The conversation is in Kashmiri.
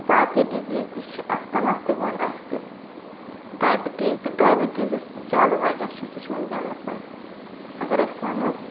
باقٕے ڈِزیٖز تہِ چھِ اَستھا تہِ ووٚن اَسہِ ڈایبِٹیٖز تہِ ڈایبِٹیٖز یُس زیادٕ وَجَہہ چھُ سُہ چھُ وٕنۍکٮ۪نَس اَگر أسۍ وَنو